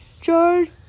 George